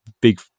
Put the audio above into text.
big